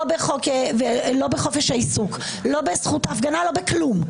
אני לא מבינה למה צריך לקטוע אותי בכל שלוש שניות.